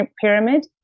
Pyramid